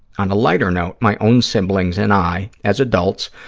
on a lighter note, my own siblings and i, as adults,